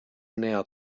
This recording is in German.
näher